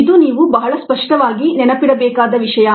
ಇದು ನೀವು ಬಹಳ ಸ್ಪಷ್ಟವಾಗಿ ನೆನಪಿಡಬೇಕಾದ ವಿಷಯ